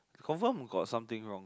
confirm got something wrong